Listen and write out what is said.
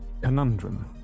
conundrum